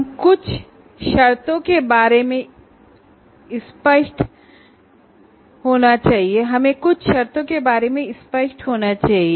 हमें कुछ तथ्यों को स्पष्ट तौर से समझना होगा